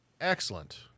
excellent